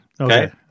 okay